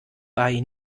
bei